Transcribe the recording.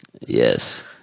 Yes